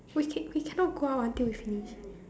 we ca~ we cannot go out until we finish